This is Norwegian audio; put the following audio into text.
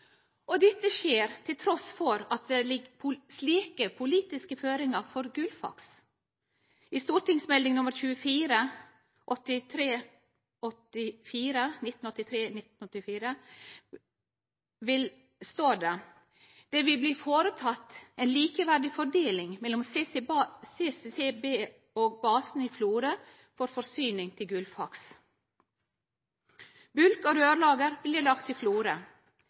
Dette skjer, trass i at det ligg slike politiske føringar for Gullfaks som det står om i St.meld. nr. 24 for 1983–1984: det vil bli foretatt en likeverdig fordeling mellom CCB og basen i Florø for forsyninger til Gullfaks». Og: bulk- og rørlager blir lagt til